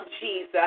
Jesus